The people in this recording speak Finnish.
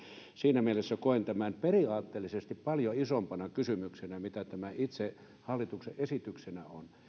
siinä mielessä koen tämän periaatteellisesti paljon isompana kysymyksenä mitä tämä itse hallituksen esityksenä on